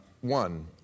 One